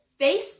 Facebook